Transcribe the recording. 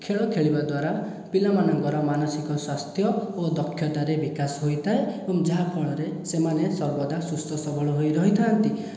ଖେଳ ଖେଳିବା ଦ୍ୱାରା ପିଲାମାନଙ୍କର ମାନସିକ ସ୍ୱାସ୍ଥ୍ୟ ଓ ଦକ୍ଷତା ରେ ବିକାଶ ହୋଇଥାଏ ଓ ଯାହା ଫଳରେ ସେମାନେ ସର୍ବଦା ସୁସ୍ଥ ସବଳ ହୋଇ ରହିଥାନ୍ତି